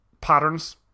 patterns